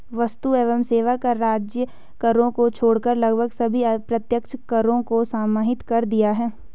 वस्तु एवं सेवा कर राज्य करों को छोड़कर लगभग सभी अप्रत्यक्ष करों को समाहित कर दिया है